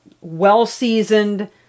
well-seasoned